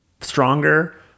stronger